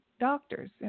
Doctors